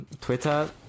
Twitter